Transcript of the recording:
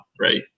right